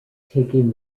taking